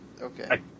Okay